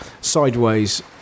sideways